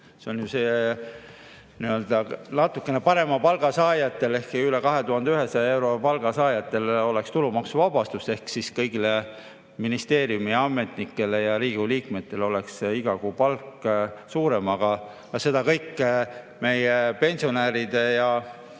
See on see, et natukene parema palga saajatel ehk üle 2100 euro palga saajatel oleks tulumaksuvabastus. Ehk siis kõigil ministeeriumide ametnikel ja Riigikogu liikmetel oleks iga kuupalk suurem, aga seda meie pensionäride ja